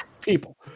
people